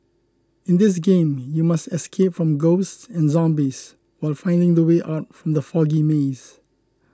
in this game you must escape from ghosts and zombies while finding the way out from the foggy maze